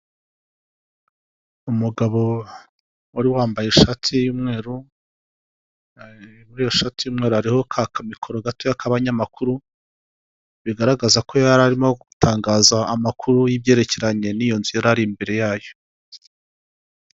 Ahantu muri sale haherereye abantu baje kwamamaza ibintu byabo by'ibicuruzwa ku ruhande imbere yabo hari abantu bari kubireba banareba uburyo bikorwa .